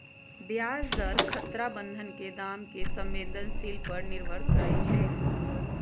ब्याज दर खतरा बन्धन के दाम के संवेदनशील पर निर्भर करइ छै